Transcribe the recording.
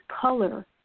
color